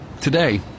Today